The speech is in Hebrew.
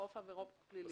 לאכוף עבירות פליליות.